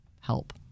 help